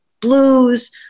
blues